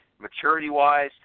maturity-wise